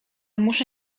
muszę